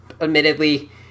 admittedly